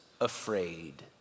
afraid